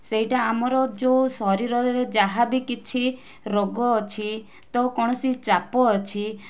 ସେଇଟା ଆମର ଯେଉଁ ଶରୀରରେ ଯାହା ବି କିଛି ରୋଗ ଅଛି ତ କୌଣସି ଚାପ ଅଛି